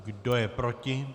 Kdo je proti?